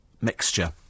mixture